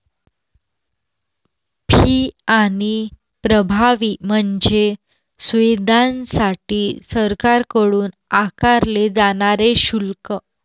fee आणि प्रभावी म्हणजे सुविधांसाठी सरकारकडून आकारले जाणारे शुल्क